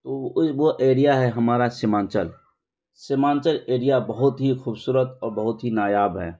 تو وہ ایریا ہے ہمارا سیمانچل سیمانچل ایریا بہت ہی خوبصورت اور بہت ہی نایاب ہے